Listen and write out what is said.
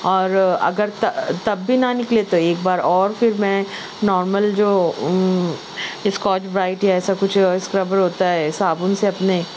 اور اگر تب تب بھی نہ نکلے تو ایک بار اور پھر میں نارمل جو اسکاچ برائٹ یا ایسا کچھ اسکربر ہوتا ہے صابن سے اپنے